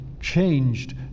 changed